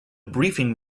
briefing